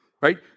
right